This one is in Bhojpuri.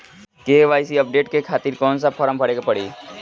के.वाइ.सी अपडेशन के खातिर कौन सा फारम भरे के पड़ी?